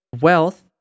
wealth